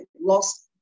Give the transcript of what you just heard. lost